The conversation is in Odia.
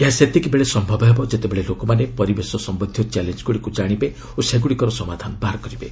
ଏହା ସେତିକି ବେଳେ ସମ୍ଭବ ହେବ ଯେତେବେଳେ ଲୋକମାନେ ପରିବେଶ ସମ୍ବନ୍ଧିୟ ଚ୍ୟାଲେଞ୍ଜଗ୍ରଡ଼ିକ୍ ଜାଣିବେ ଓ ସେଗ୍ରଡ଼ିକର ସମାଧାନ ବାହାର କରିବେ